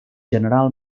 general